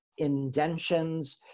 indentions